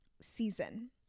season